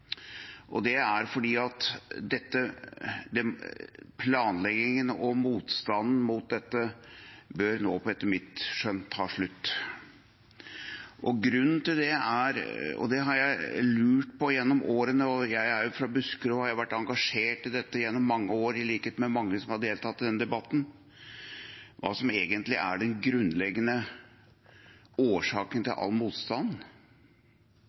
Det er fordi planleggingen og motstanden mot dette etter mitt skjønn må ta slutt. Grunnen til det er at jeg gjennom årene har lurt på – jeg er jo fra Buskerud og har i likhet med mange som har deltatt i denne debatten, vært engasjert i dette gjennom mange år – hva som egentlig er den grunnleggende årsaken